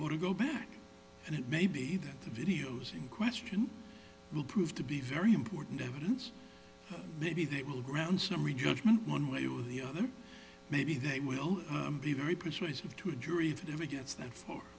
would go back and it may be that the videos in question will prove to be very important evidence maybe that will ground summary judgment one way or the other maybe that will be very persuasive to a jury that ever gets that far